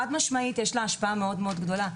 יש לקורונה חד-משמעית השפעה מאוד מאוד גדולה.